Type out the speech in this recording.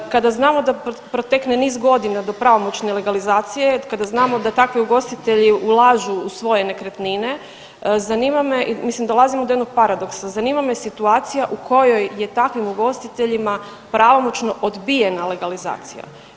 Kada znamo da protekne niz godina do pravomoćne legalizacije, kada znamo da takvi ugostitelji ulažu u svoje nekretnine, zanima me mislim dolazimo do jednog paradoksa, zanima me situacija u kojoj je takvim ugostiteljima pravomoćno obijena legalizacija.